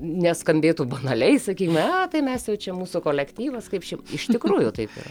neskambėtų banaliai sakykim aaa tai mes jau čia mūsų kolektyvas kaip šeim iš tikrųjų taip yra